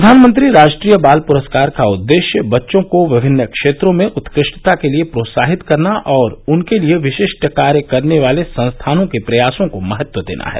प्रधानमंत्री राष्ट्रीय बाल पुरस्कार का उद्देश्य बच्चों को विभिन्न क्षेत्रों में उत्कृष्टता के लिए प्रोत्साहित करना और उनके लिए विशिष्ट कार्य करने वाले संस्थानों के प्रयासों को महत्व देना है